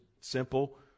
simple